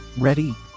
Ready